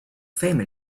fame